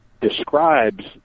describes